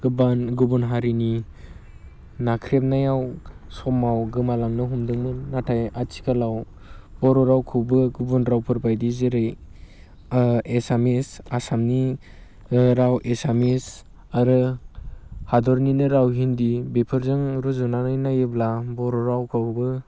गोबां गुबुन हारिनि नाख्रेबनायाव समाव गोमालांनो हमदोंमोन नाथाय आथिखालाव बर' रावखौबो गुबुन रावफोर बायदि जेरै एसामिस आसामनि राव एसामिस आरो हादरनिनो राव हिन्दी बेफोरजों रुजुनानै नायोब्ला बर' रावखौबो